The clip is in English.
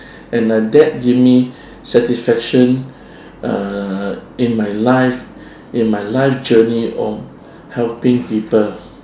and I that give me satisfaction uh in my life in my life journey on helping people